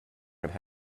could